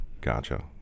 gotcha